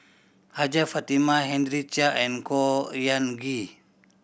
Hajjah Fatimah Henry Chia and Khor Ean Ghee